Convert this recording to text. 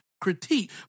critique